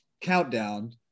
countdown